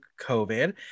COVID